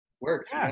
work